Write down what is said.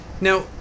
Now